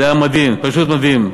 זה היה מדהים, פשוט מדהים.